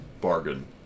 bargain